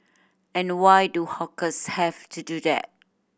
and why do hawkers have to do that